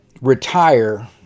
Retire